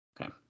Okay